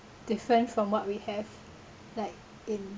different from what we have like in